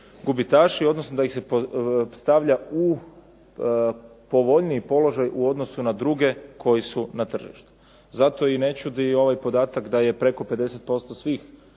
gubitaši odnosno da ih se stavlja u povoljniji položaj u odnosu na druge koji su na tržištu. Zato i ne čudi ovaj podatak da je preko 50% svih